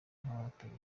nk’abaraperi